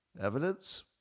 Evidence